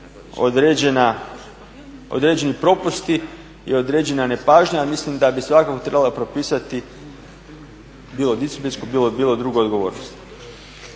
postoje određeni propusti i određena nepažnja mislim da bi svakako trebalo propisati bilo disciplinsku bilo drugu odgovornost.